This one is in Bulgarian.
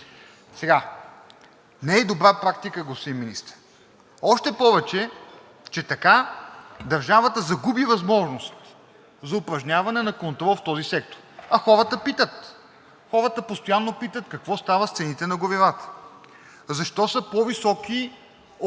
Не е добра практика, господин Министър. Още повече че така държавата загуби възможност за упражняване на контрол в този сектор, а хората питат. Хората постоянно питат какво става с цените на горивата. Защо са по-високи от